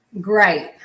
Great